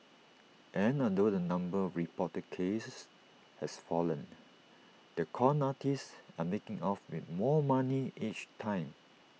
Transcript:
and although the number of reported cases has fallen the con artists are making off with more money each time